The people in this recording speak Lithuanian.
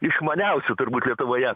išmaniausių turbūt lietuvoje